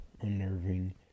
unnerving